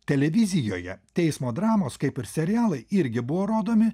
televizijoje teismo dramos kaip ir serialai irgi buvo rodomi